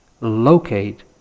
locate